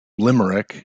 limerick